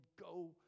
go